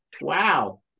Wow